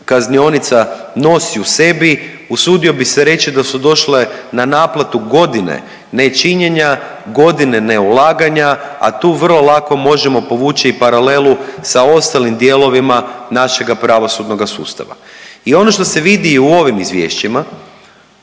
kaznionica nosi u sebi. Usudio bi se reći da su došle na naplatu godine nečinjenja, godine neulaganja, a tu vrlo lako možemo povući i paralelu sa ostalim dijelovima našega pravosudnoga sustava. I ono što se vidi i u ovim izvješćima,